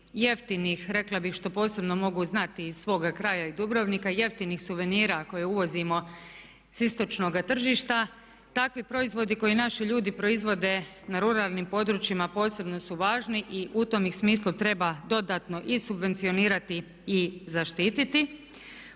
jeftinih rekla bih, što posebno mogu znati iz svoga kraja Dubrovnika jeftinih suvenira koje uvozimo sa istočnoga tržišta. Takvi proizvodi koje naši ljudi proizvode na ruralnim područjima posebno su važni i u tome ih smislu treba dodatno i subvencionirati i zaštiti.